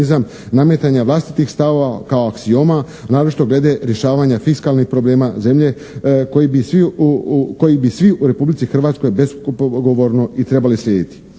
nametanja vlastitih stavova kao aksioma naročito glede rješavanja fiskalnih problema zemlje koji bi svi u Republici Hrvatskoj bespogovorno trebali slijediti.